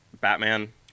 Batman